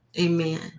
Amen